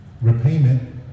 repayment